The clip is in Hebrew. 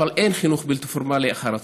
אבל אין חינוך בלתי פורמלי אחר הצוהריים.